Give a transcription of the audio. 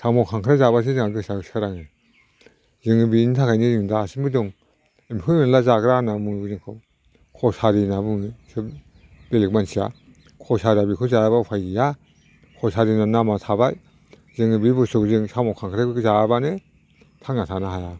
साम' खांख्राय जाबासो जोंहा गोसोआ सोराङो जोङो बेनि थाखायनो जों दासिमबो दं एम्फौ एनला जाग्रा होनना बुङो जोंखौ कसारि होनना बुङो बेलेग मानसिया कसारिया बेखौ जायाबा उफाय गैया कसारिनि नामा थाबाय जोङो बे बुस्थुखौ साम' खांख्रायखौ जायाबानो थांना थानो हाया